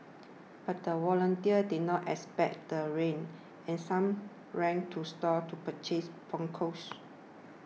but the volunteers did not expect the rain and some ran to stores to purchase ponchos